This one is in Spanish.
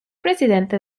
presidente